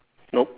nope